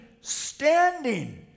standing